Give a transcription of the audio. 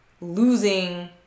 losing